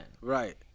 right